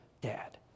Dad